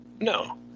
No